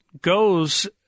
goes